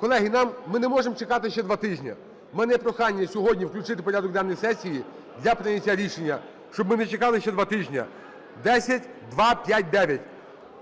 Колеги, нам... ми не можемо чекати ще два тижні. В мене є прохання сьогодні включити в порядок денний сесії для прийняття рішення, щоб ми не чекали ще два тижня 10259.